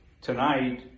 Tonight